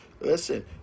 Listen